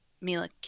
Mila